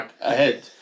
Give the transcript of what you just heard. ahead